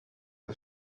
das